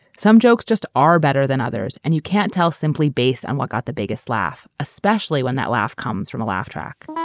some jokes just are better than others and you can't tell simply based on what got the biggest laugh, especially when that laugh comes from a laugh track